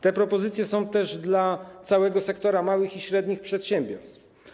Te propozycje są też dla całego sektora małych i średnich przedsiębiorstw.